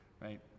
right